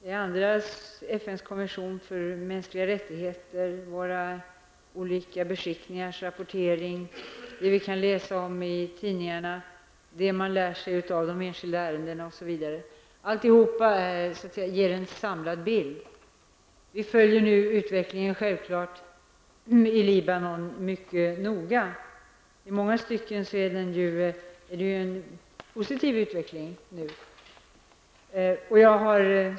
Vidare har vi FNs konvention för mänskliga rättigheter, våra olika beskickningars rapportering, artiklar i tidningarna, det som man kan lära av de enskilda ärendena osv. Allt ger en samlad bild. Vi följer självfallet utvecklingen i Libanon mycket noga. I många avseenden rör det sig om en positiv utveckling.